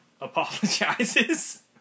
apologizes